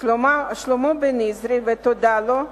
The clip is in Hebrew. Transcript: שלמה בניזרי, ותודה לו,